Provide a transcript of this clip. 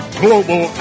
global